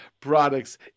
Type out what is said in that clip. products